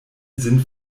sind